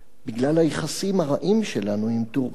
בגלל היחסים הרעים שלנו עם טורקיה